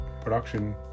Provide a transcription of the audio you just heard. production